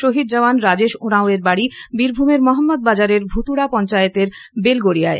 শহীদ জওয়ান রাজেশ ওঁরাও এর বাড়ি বীরভূমের মহম্মদ বাজারের ভুতুরা পঞ্চায়েতের বেলগরিয়ায়